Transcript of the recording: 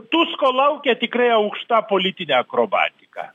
tusko laukia tikrai aukšta politinė akrobatika